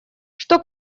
что